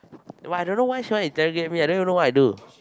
but I don't know why she want interrogate me I don't even know what I do